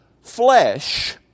flesh